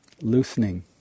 Loosening